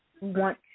want